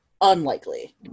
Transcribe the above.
Unlikely